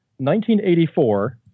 1984